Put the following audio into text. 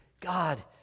God